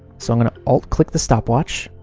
so, i'm gonna alt click the stopwatch.